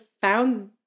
found